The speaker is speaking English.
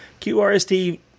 QRST